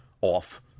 off